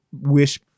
wish